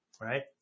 right